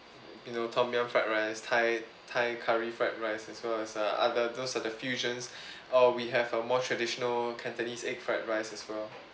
you know tomyum fried rice thai thai curry fried rice as well as uh other those are the fusions or we have uh more traditional cantonese egg fried rice as well